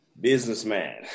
businessman